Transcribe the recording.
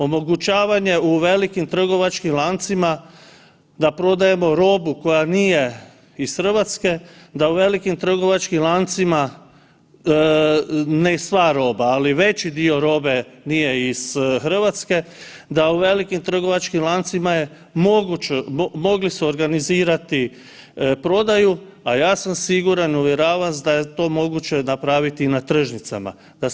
Omogućavanje u velikim trgovačkim lancima da prodajemo robu koja nije iz Hrvatske, da u velikim trgovačkim lancima, ne sva roba, ali veći dio robe nije iz Hrvatske, da u velikim trgovačkim lancima je moguće, mogli su organizirati prodaju, a ja sam siguran, uvjeravam vas da je to moguće napraviti i na tržnicama.